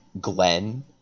Glenn